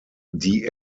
die